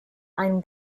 ein